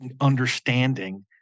understanding